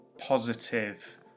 positive